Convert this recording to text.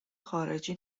خارجی